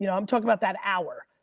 you know i'm talking about that hour.